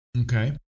Okay